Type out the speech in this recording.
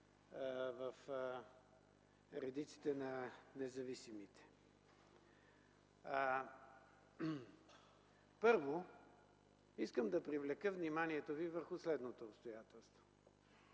в редиците на независимите. Първо, искам да привлека вниманието ви върху следното обстоятелство.